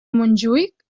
montjuïc